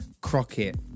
crockett